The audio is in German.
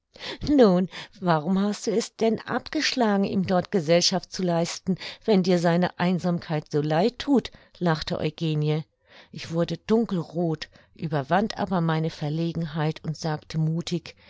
nun warum hast du es denn abgeschlagen ihm dort gesellschaft zu leisten wenn dir seine einsamkeit so leid thut lachte eugenie ich wurde dunkelroth überwand aber meine verlegenheit und sagte muthig